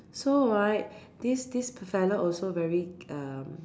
so right this this fella also very uh